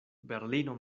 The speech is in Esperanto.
berlino